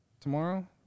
tomorrow